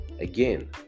Again